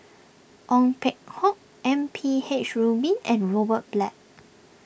Ong Peng Hock M P H Rubin and Robert Black